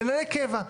לנהלי קבע.